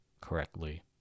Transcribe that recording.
correctly